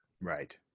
Right